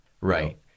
right